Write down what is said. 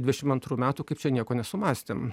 dvidešim antrų metų kaip čia nieko nesumąstėm